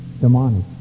Demonic